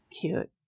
Cute